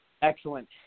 Excellent